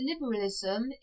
liberalism